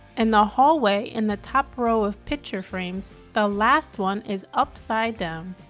and the hallway in the top row of picture frames, the last one is upside down.